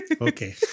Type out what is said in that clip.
Okay